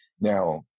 Now